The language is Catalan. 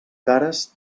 cares